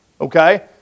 Okay